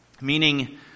meaning